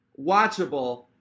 watchable